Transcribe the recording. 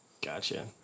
Gotcha